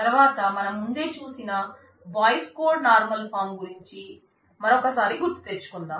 తర్వాత మనం ముందే చూసినా బాయిస్ కోడ్ నార్మల్ ఫాం గురించి మరి ఒకసారి గుర్తుతెచ్చుకుందాం